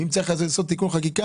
ואם צריך לעשות תיקון חקיקה,